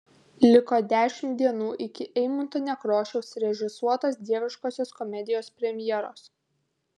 liko dešimt dienų iki eimunto nekrošiaus režisuotos dieviškosios komedijos premjeros